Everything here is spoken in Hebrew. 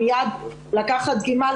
מיד לקחת דגימה,